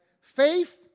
Faith